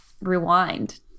Rewind